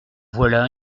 voilà